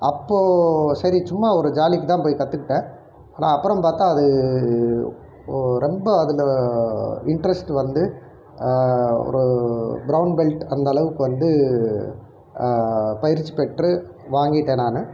அப்போது சரி சும்மா ஒரு ஜாலிக்கு தான் போய் கற்றுக்கிட்டேன் நான் அப்புறம் பார்த்தா அது ரொம்ப அதில் இன்ட்ரஸ்ட் வந்து ஒரு ப்ரவுன் பெல்ட் அந்தளவுக்கு வந்து பயிற்சிப்பெற்று வாங்கிவிட்டேன் நான்